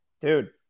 Dude